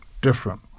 different